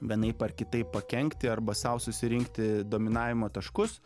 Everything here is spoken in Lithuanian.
vienaip ar kitaip pakenkti arba sau susirinkti dominavimo taškus